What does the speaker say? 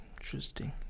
Interesting